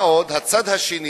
מה עוד, הצד השני,